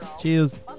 Cheers